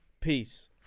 peace